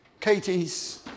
Katie's